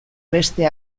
beste